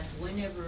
whenever